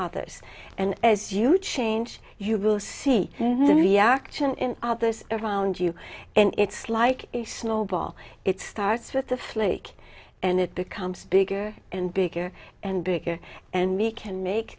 others and as you change you will see the reaction in others around you and it's like a snowball it starts with the flick and it becomes bigger and bigger and bigger and we can make